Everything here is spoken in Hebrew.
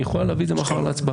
היא יכולה להביא את זה מחר להצבעה.